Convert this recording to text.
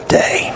day